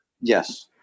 yes